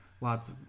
lots